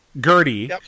Gertie